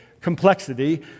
complexity